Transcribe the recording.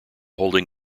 holding